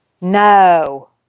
No